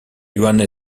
johannes